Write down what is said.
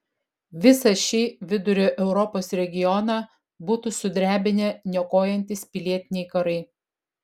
visą šį vidurio europos regioną būtų sudrebinę niokojantys pilietiniai karai